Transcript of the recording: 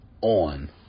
on